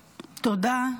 תודה.